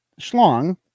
schlong